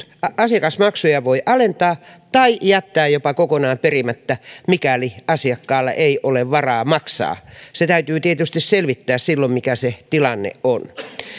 asiakasmaksuja voi alentaa tai jättää jopa kokonaan perimättä mikäli asiakkaalla ei ole varaa maksaa täytyy tietysti selvittää silloin mikä se tilanne on